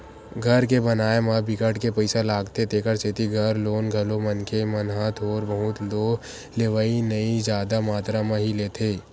घर के बनाए म बिकट के पइसा लागथे तेखर सेती घर लोन घलो मनखे मन ह थोर बहुत तो लेवय नइ जादा मातरा म ही लेथे